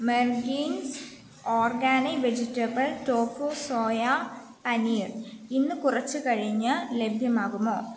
മെർഗിൻസ് organic vegetable tofu soya paneer ഇന്ന് കുറച്ച് കഴിഞ്ഞ് ലഭ്യമാകുമോ